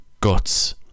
guts